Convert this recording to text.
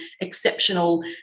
exceptional